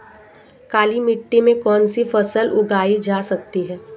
काली मिट्टी में कौनसी फसल उगाई जा सकती है?